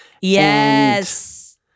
Yes